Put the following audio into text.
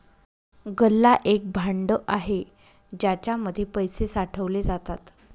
गल्ला एक भांड आहे ज्याच्या मध्ये पैसे साठवले जातात